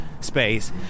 space